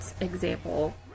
example